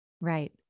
Right